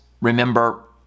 remember